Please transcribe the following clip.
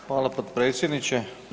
Hvala potpredsjedniče.